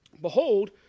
Behold